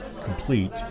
complete